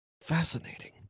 Fascinating